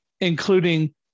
including